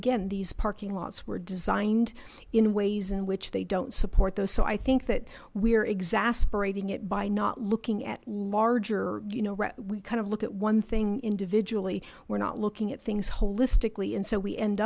again these parking lots were designed in ways in which they don't support those so i think that we're exasperated it by not looking at larger you know we kind of look at one thing individually we're not looking at things holistically and so we end